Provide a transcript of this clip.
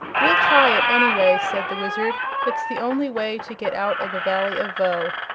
we'll try it, anyway, said the wizard. it's the only way to get out of the valley of voe.